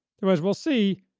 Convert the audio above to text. though as we'll see,